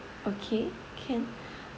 okay can